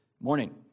morning